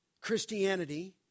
Christianity